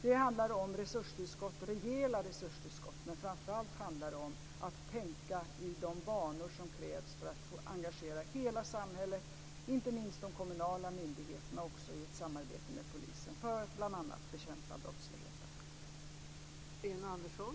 Det handlar om rejäla resurstillskott, men framför allt handlar det om att tänka i de banor som krävs för att engagera hela samhället, inte minst de kommunala myndigheterna i samarbete med polisen, för att bl.a. bekämpa brottsligheten.